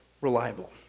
reliable